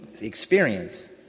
experience